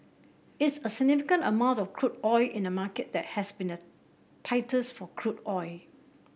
it's a significant amount of crude oil in a market that has been the tightest for crude oil